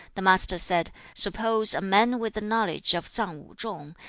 the master said, suppose a man with the knowledge of tsang wu-chung,